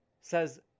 Says